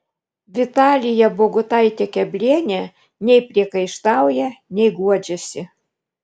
vitalija bogutaitė keblienė nei priekaištauja nei guodžiasi